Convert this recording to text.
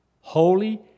holy